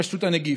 התפשטות הנגיף,